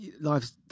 Life's